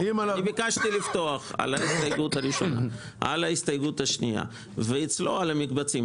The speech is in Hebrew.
ביקשתי לפתוח על ההסתייגות השנייה ואצלו על המקצבים.